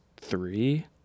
three